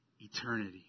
eternity